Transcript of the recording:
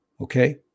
Okay